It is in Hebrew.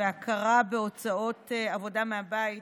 והכרה בהוצאות עבודה מהבית